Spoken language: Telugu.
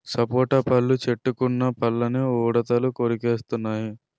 సపోటా పళ్ళు చెట్టుకున్న పళ్ళని ఉడతలు కొరికెత్తెన్నయి